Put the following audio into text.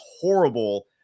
horrible